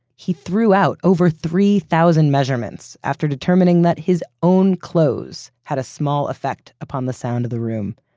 he threw out over three thousand measurements after determining that his own clothes had a small effect upon the sound of the room.